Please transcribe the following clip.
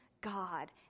God